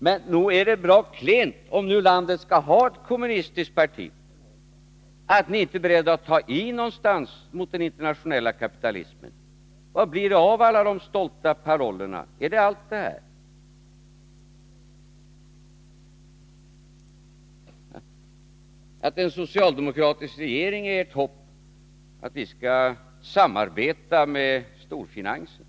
Men nog är det bra klent, om nu landet skall ha ett kommunistiskt parti, att ni inte är beredda att ta i någonstans mot den internationella kapitalismen. Vad blir det av alla de stolta parollerna? Är det allt, det här — att en socialdemokratisk regering är ert hopp, att vi skall samarbeta med storfinansen?